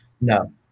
No